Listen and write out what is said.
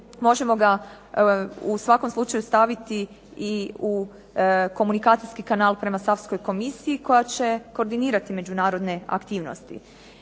možemo ga u svakom slučaju staviti i u komunikacijski kanal prema savskoj komisiji koja će koordinirati međunarodne aktivnosti.